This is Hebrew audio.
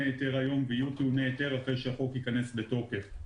היתר היום ויהיו טעוני היתר אחרי שהחוק ייכנס לתוקף.